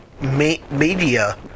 media